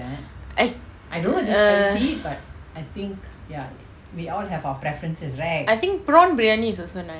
I err I think prawn briyani is also nice